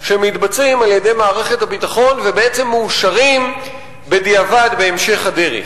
שמתבצעים על-ידי מערכת הביטחון ובעצם מאושרים בדיעבד בהמשך הדרך.